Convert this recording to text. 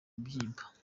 mubyimba